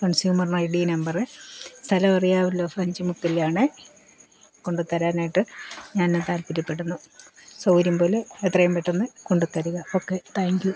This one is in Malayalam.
കൺസ്യൂമർ ഐ ഡി നമ്പറ് സ്ഥലം അറിയാമല്ലോ ഫ്രഞ്ച് മുക്കിലാണ് കൊണ്ടുത്തരാനായിട്ട് ഞാൻ താൽപ്പര്യപ്പെടുന്നു സൗകര്യം പോലെ എത്രയും പെട്ടെന്ന് കൊണ്ട് തരിക ഓക്കെ താങ്ക്യൂ